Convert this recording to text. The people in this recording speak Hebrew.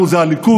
אנחנו זה הליכוד,